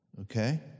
Okay